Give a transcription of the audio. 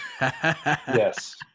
Yes